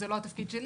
זה לא התפקיד שלי,